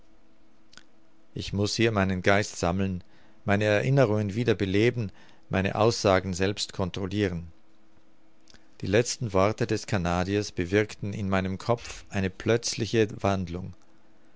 ich muß hier meinen geist sammeln meine erinnerungen wieder beleben meine aussagen selbst controliren die letzten worte des canadiers bewirkten in meinem kopf eine plötzliche wandlung